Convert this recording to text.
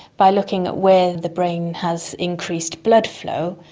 by looking at where the brain has increased blood flow,